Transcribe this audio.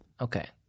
Okay